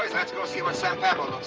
let's go see what san pablo